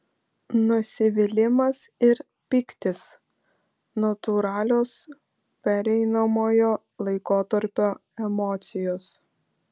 nusivylimas ir pyktis natūralios pereinamojo laikotarpio emocijos